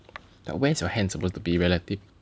like where's your hands supposed to be relative